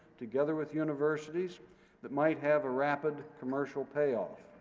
together with universities that might have a rapid commercial payoff.